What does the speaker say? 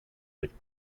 with